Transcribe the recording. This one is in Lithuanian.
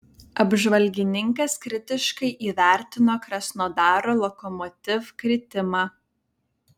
apžvalgininkas kritiškai įvertino krasnodaro lokomotiv kritimą